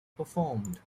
performed